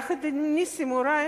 יחד עם נסים זאב,